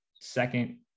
second